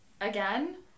Again